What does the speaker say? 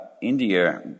India